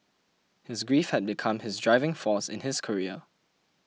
his grief had become his driving force in his career